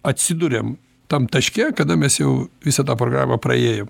atsiduriam tam taške kada mes jau visą tą programą praėjom